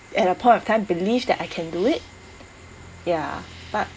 at that point of time believed that I can do it ya but